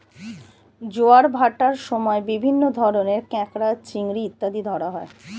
জোয়ার ভাটার সময় বিভিন্ন ধরনের কাঁকড়া, চিংড়ি ইত্যাদি ধরা হয়